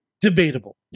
Debatable